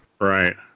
Right